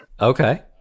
Okay